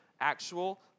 actual